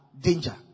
danger